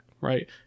right